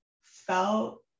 felt